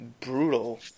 brutal